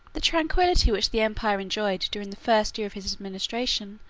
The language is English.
the tranquillity which the empire enjoyed during the first year of his administration,